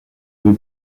peu